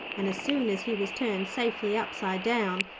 and as soon as he was turned safely upside-down,